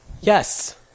Yes